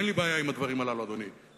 אין לי בעיה עם הדברים הללו, אדוני.